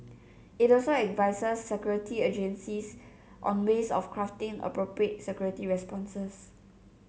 it also advises security agencies on ways of crafting appropriate security responses